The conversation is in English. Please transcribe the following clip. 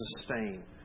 sustain